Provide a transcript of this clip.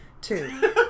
Two